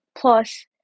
Plus